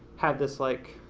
have this like,